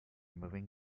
moving